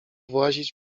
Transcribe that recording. włazić